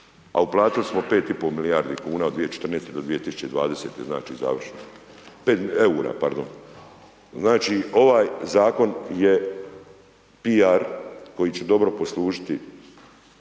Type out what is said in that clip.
A uplatili smo 5,5 milijardi kuna od 2014. do 2020., znači završno. Eura, pardon. Znači ovaj zakon je PR koji će dobro poslužiti